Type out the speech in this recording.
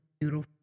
beautiful